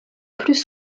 plus